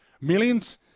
Millions